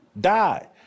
die